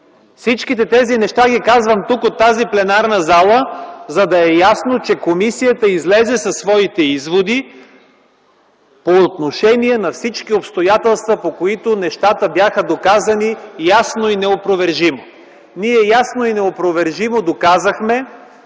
Всички тези неща ги казвам тук, от тази пленарна зала, за да е ясно, че комисията излезе със своите изводи по отношение на всички обстоятелства, по които нещата бяха доказани ясно и неопровержимо. Ние ясно и неопровержимо доказахме,